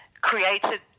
created